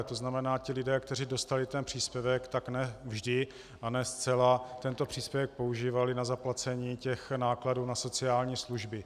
To znamená, ti lidé, kteří dostali ten příspěvek, tak ne vždy a ne zcela tento příspěvek používali na zaplacení nákladů na sociální služby.